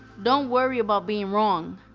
don't worry about being wrong.